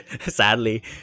sadly